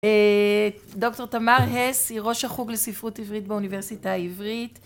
דוקטור תמר הס היא ראש החוג לספרות עברית באוניברסיטה העברית